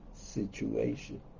situation